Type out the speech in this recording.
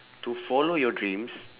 to follow your dreams